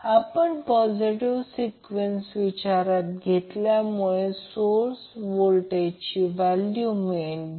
म्हणून जर त्याचप्रमाणे फेजर आकृती काढली तर समजा हा एक रेफरन्स पॉईंट आहे